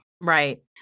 Right